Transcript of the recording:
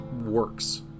works